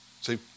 See